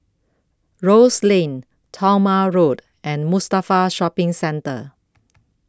Rose Lane Talma Road and Mustafa Shopping Centre